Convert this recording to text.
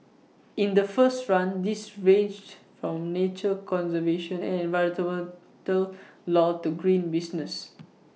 in the first run these ranged from nature conservation and environmental law to green businesses